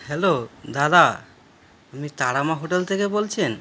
hello দাদা তারা Ma hotel থেকে বলছেন